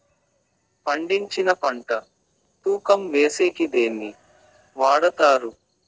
పండించిన పంట తూకం వేసేకి దేన్ని వాడతారు?